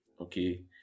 okay